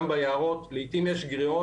גם שם לעיתים יש גריעות,